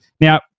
now